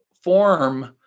form